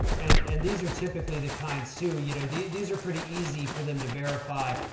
and, and these are typically the kinds too, you know, the, these are pretty easy for them to verify.